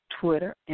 Twitter